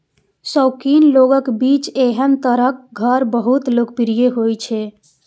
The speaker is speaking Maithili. शौकीन लोगक बीच एहन तरहक घर बहुत लोकप्रिय होइ छै